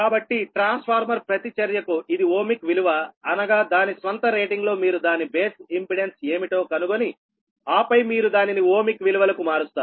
కాబట్టి ట్రాన్స్ఫార్మర్ ప్రతి చర్యకు ఇది ఓమిక్ విలువ అనగా దాని స్వంత రేటింగ్లో మీరు దాని బేస్ ఇంపెడెన్స్ ఏమిటో కనుగొని ఆపై మీరు దానిని ఓమిక్ విలువలకు మారుస్తారు